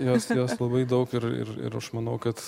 jos labai daug ir ir ir aš manau kad